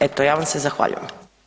Eto, ja vam se zahvaljujem.